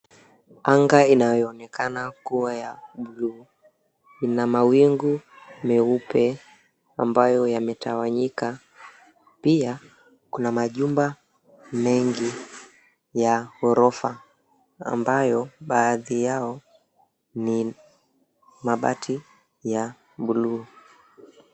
Anga inayoonekana kuwa ya buluu ina mawingu meupe ambayo yametawanyika pia kuna majumba mengi ya ghorofa ambayo baadhi yao ni mabati ya buluu.